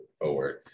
forward